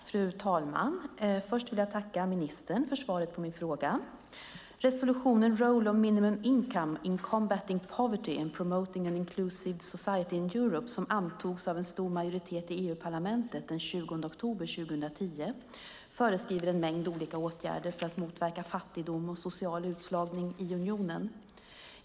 Fru talman! Först vill jag tacka ministern för svaret på min fråga. Resolutionen om "the role of minimum income in combating poverty and promoting an inciusive society in Europe", som antogs av en stor majoritet i EU-parlamentet den 20 oktober 2010, föreskriver en mängd olika åtgärder för att motverka fattigdom och social utslagning i unionen.